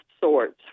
sorts